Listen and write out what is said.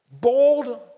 bold